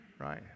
Right